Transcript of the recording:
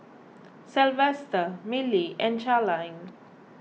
Sylvester Milly and Charline